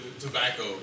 tobacco